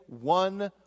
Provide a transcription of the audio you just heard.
one